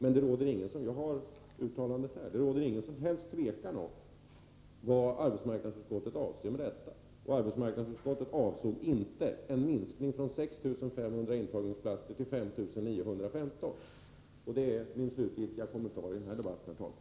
Men det råder inget som helst tvivel om vad arbetsmarknadsutskottet avser med detta uttalande, som jag har här. Arbetsmarknadsutskottet avsåg inte en minskning från 6500 intagningsplatser till 5915. Det är min sista kommentar i denna debatt, herr talman.